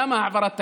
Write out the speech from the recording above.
למה העברת תקציב?